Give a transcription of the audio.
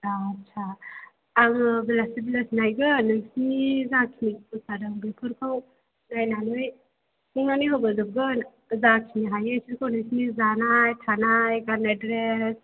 आत्सा आङो बेलासे बेलासे नायगोन नोंसोरनि जाखिनि खस्थ' जादों बेखौ नायनानै सुफुंनानै होबोजोबगोन जाखिनि हायो बेफोरखौ नोंसोरनि जानाय थानाय गाननाय द्रेस